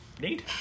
Neat